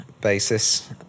basis